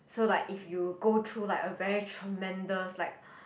so like if you go through like a very tremendous like